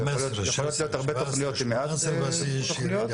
יכול להיות הרבה תוכניות עם מעט דירות,